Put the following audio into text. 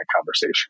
conversation